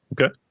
Okay